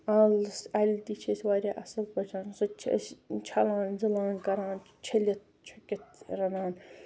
اَل اَلہِ تہِ چھِ أسۍ واریاہ اصٕل پٲٹھۍ سُہ تہٕ چھِ أسۍ چھلان زٕلان کَران چھٔلِتھ چھُکِتھ رَنان